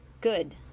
Good